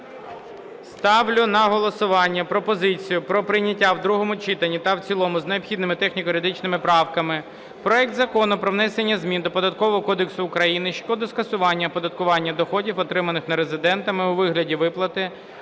Ставлю на голосування пропозицію про прийняття в другому читанні та в цілому з необхідними техніко-юридичними правками проект Закону про внесення змін до Податкового